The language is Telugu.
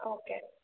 ఓకే అండి